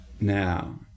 now